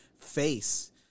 face